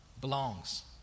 belongs